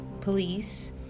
Police